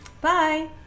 Bye